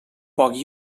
poc